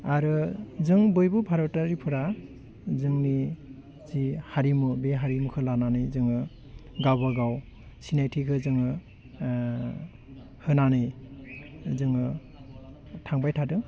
आरो जों बयबो भारतारिफ्रा जोंनि जि हारिमु बे हारिमुखौ लानानै जोङो गाबागाव सिनायथिखौ जोङो होनानै जोङो थांबाय थादों